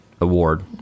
award